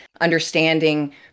understanding